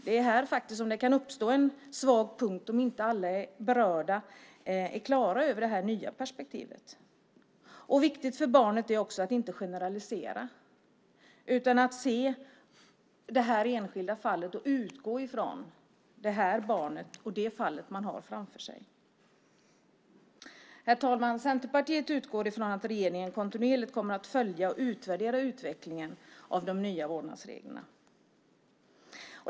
Det är faktiskt här som det kan uppstå en svag punkt om inte alla berörda är klara över det nya perspektivet. Det är också viktigt för barnet att man inte generaliserar utan att man ser det enskilda fallet och utgår från det barn och det fall som man har framför sig. Herr talman! Centerpartiet utgår från att regeringen kontinuerligt kommer att följa och utvärdera utvecklingen av de nya vårdnadsreglerna.